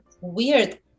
weird